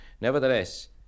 nevertheless